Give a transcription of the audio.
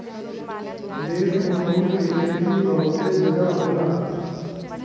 देश में फूल के खेती बहुते जगह होला